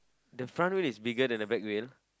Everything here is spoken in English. the front wheel is bigger than the back wheel